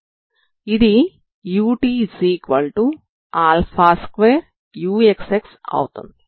ఇది ut2uxx అవుతుంది